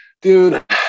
Dude